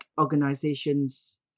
organizations